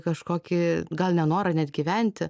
kažkokį gal nenorą net gyventi